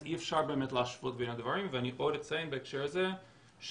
אז אי אפשר להשוות בין הדברים ואני פה אציין בהקשר הזה שלא